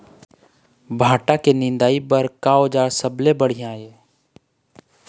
भांटा के निराई बर का औजार सबले बढ़िया ये?